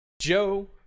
Joe